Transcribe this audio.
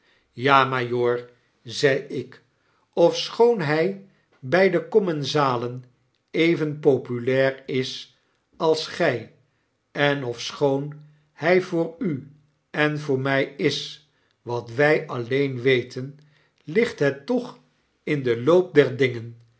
ja majoor zei ik ofschoon hy by de commensalen even populair is als gij en ofschoon hy voor u en voor my is wat wy alleen weten ligt het toch in den loop der dingen